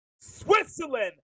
Switzerland